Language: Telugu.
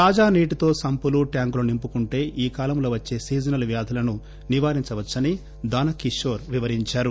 తాజా నీటితో సంపులు ట్యాంకులు నింపుకుంటే ఈ కాలంలో వచ్చే సీజనల్ వ్యాధులని నివారించవచ్చని దానకిషోర్ వివరించారు